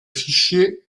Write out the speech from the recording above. fichiers